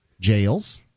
jails